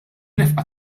nefqa